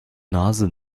nase